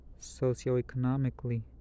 socioeconomically